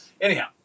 Anyhow